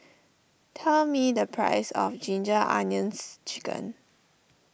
tell me the price of Ginger Onions Chicken